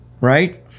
right